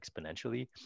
exponentially